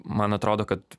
man atrodo kad